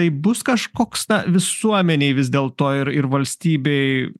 tai bus kažkoks na visuomenei vis dėlto ir ir valstybei